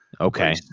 Okay